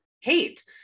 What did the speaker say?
hate